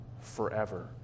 forever